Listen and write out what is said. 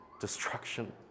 destruction